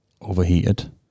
overheated